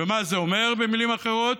ומה זה אומר במילים אחרות?